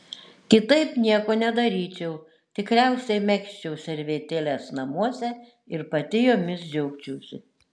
kitaip nieko nedaryčiau tikriausiai megzčiau servetėles namuose ir pati jomis džiaugčiausi